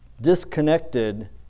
disconnected